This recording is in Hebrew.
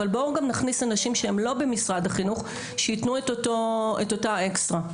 אבל בואו גם נכניס אנשים שהם לא ממשרד החינוך שייתנו את אותה אקסטרה.